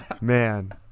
Man